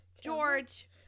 George